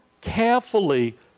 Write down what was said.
carefully